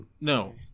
No